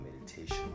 meditation